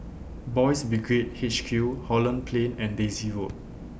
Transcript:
Boys' Brigade H Q Holland Plain and Daisy Road